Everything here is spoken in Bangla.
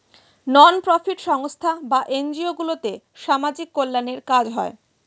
নন প্রফিট সংস্থা বা এনজিও গুলোতে সামাজিক কল্যাণের কাজ হয়